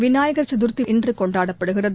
விநாயகர் சதுர்த்தி இன்று கொண்டாடப்படுகிறது